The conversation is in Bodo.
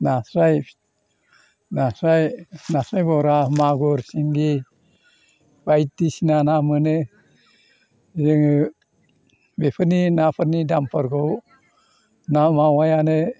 नास्राइ नास्राइ नास्राइ बरा मागुर सिंगि बायदिसिना ना मोनो जोङो बेफोरनि नाफोरनि दामफोरखौ ना मावायानो